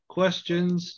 questions